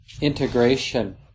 integration